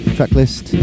Tracklist